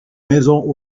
maisons